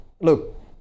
look